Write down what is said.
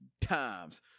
times